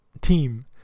team